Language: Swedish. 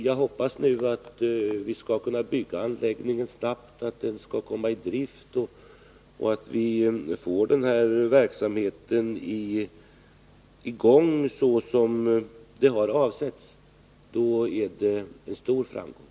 Jag hoppas nu att vi skall kunna bygga anläggningen snabbt, att den skall komma i drift och att vi får i gång verksamheten så som det har avsetts. Då är det en stor framgång.